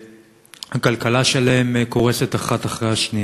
הכלכלה שלהן קורסת, אחת אחרי השנייה.